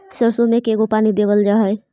सरसों में के गो पानी देबल जा है?